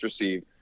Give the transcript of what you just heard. receive